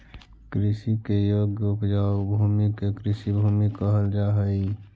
कृषि के योग्य उपजाऊ भूमि के कृषिभूमि कहल जा हई